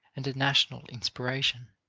and a national inspiration.